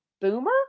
Boomer